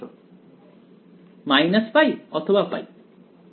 ছাত্র π অথবা π